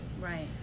Right